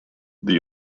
they